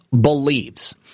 believes